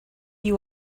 you